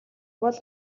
бол